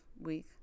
week